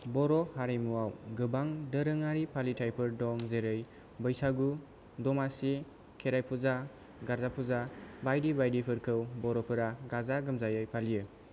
बर' हारिमुयाव गोबां दोरोङारि फालिथायफोर दं जेरै बैसागु दमासि खेराय फुजा गारजा फुजा बायदि बायदिफोरखौ बर'फोरा गाजा गोमजायै फालियो